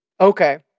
Okay